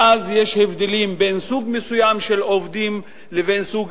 ואז יש הבדלים בין סוג מסוים של עובדים לבין סוג